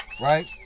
right